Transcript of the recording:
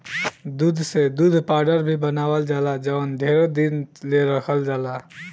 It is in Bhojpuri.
दूध से दूध पाउडर भी बनावल जाला जवन ढेरे दिन ले रखल जाला